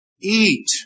eat